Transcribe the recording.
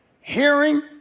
hearing